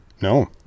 No